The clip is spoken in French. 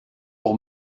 pour